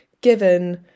given